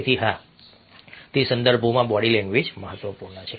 તેથી હા તે સંદર્ભોમાં બોડી લેંગ્વેજ મહત્વપૂર્ણ છે